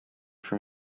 for